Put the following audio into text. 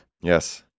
Yes